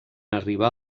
arribar